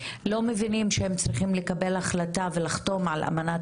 לא מבינים שהם צריכים לקבל החלטה ולחתום על אמנת